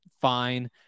fine